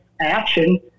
action